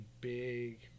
big